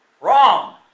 Wrong